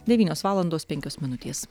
devynios valandos penkios minutės